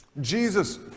Jesus